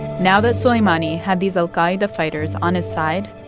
now that soleimani had these al-qaida fighters on his side,